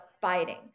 fighting